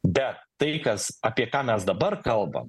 bet tai kas apie ką mes dabar kalbam